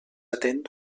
atent